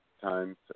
times